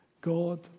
God